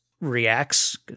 Reacts